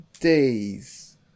Days